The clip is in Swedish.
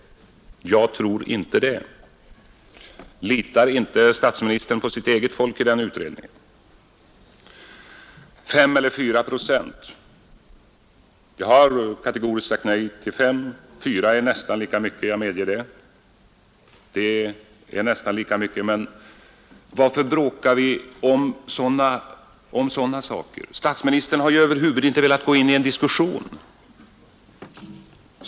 Jag tror inte det. Litar inte statsministern på sitt eget folk i den utredningen? Vad sedan angår de där 5 eller 4 procenten har jag kategoriskt sagt nej till 5 procent, men 4 procent är nästan lika mycket. Jag medger det. Men varför bråkar vi om sådana ting? Statsministern har ju över huvud taget inte velat gå in i en diskussion.